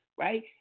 Right